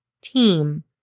team